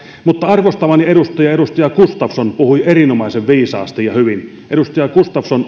mutta arvostamani edustaja edustaja gustafsson puhui erinomaisen viisaasti ja hyvin edustaja gustafsson